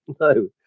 No